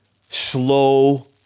slow